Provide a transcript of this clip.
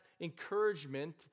encouragement